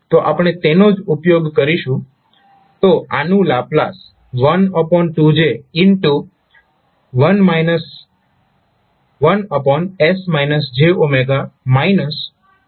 તો આપણે તેનો જ ઉપયોગ કરીશું